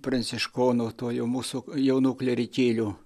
pranciškonų to jau mūsų jaunų klierikėlių